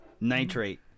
Nitrate